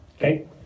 okay